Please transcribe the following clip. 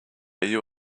you